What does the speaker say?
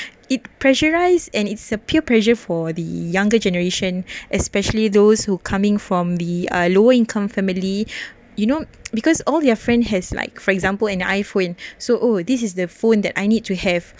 it pressurize and it's a peer pressure for the younger generation especially those who coming from the uh lower income family you know because all their friend has like for example an iphone so oh this is the phone that I need to have